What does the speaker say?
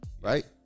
Right